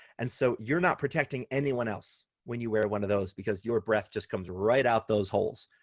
and so you're not protecting anyone else when you wear one of those because your breath just comes right out those holes.